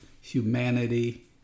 humanity